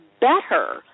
better